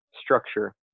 structure